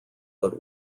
but